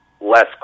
less